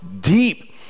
deep